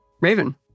Raven